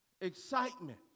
excitement